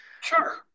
Sure